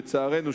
לצערנו,